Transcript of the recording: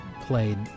played